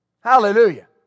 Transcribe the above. Hallelujah